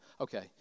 Okay